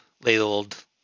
labeled